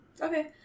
Okay